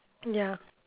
ya